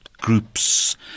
groups